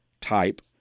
type